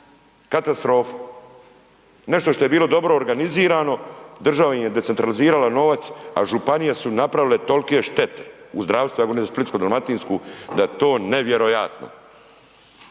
katastrofa. Nešto što je bilo dobro organizirano, država im je decentralizirala novac, a županije su napravile tolike štete u zdravstvu, evo i za Splitsko-dalmatinsku da je to nevjerojatno.